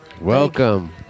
welcome